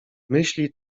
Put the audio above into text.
myśli